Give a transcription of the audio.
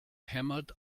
hämmert